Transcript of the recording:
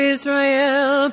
Israel